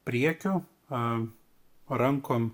priekiu a rankom